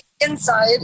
inside